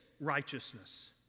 righteousness